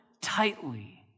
tightly